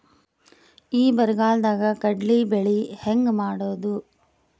ಈ ಬರಗಾಲದಾಗ ಕಡಲಿ ಬೆಳಿ ಹೆಂಗ ಮಾಡೊದು?